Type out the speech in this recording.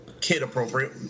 kid-appropriate